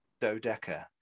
dodeca